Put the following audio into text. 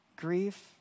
Grief